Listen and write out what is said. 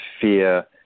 fear